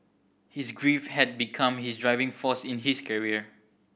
his grief had become his driving force in his career